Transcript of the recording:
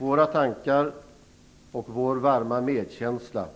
Våra tankar och vår varma medkänsla